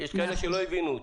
כי יש כאלה שלא הבינו אותי.